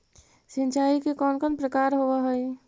सिंचाई के कौन कौन प्रकार होव हइ?